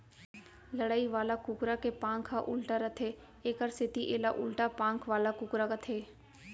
लड़ई वाला कुकरा के पांख ह उल्टा रथे एकर सेती एला उल्टा पांख वाला कुकरा कथें